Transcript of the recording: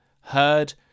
heard